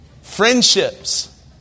Friendships